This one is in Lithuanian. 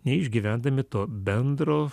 neišgyvendami to bendro